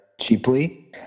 cheaply